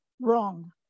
wrong